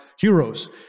heroes